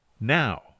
now